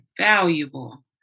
valuable